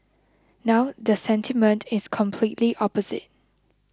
now the sentiment is completely opposite